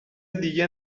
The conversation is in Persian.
دیگه